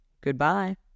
Goodbye